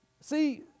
See